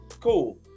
Cool